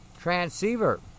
transceiver